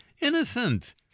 innocent